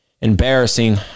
embarrassing